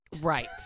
Right